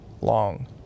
long